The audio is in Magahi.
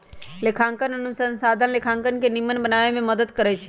लेखांकन अनुसंधान लेखांकन के निम्मन बनाबे में मदद करइ छै